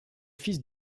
fils